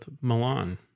Milan